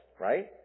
right